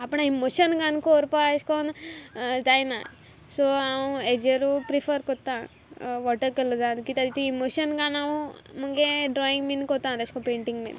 आपणें इमोशन एशें घालून एशें कोन्न जायना सो हांव हेजेरू प्रिफर कोरता वॉटर कलरान किद्या ती इमोशन घालन हांव म्हुगे ड्रॉयींग बीन कोत्ता लायक एशें कोन्न पेंटींग बीन